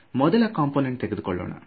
ಮೊದಲ ಕಂಪೋನೆಂಟ್ ತೆಗೆದುಕೊಳ್ಳೋಣ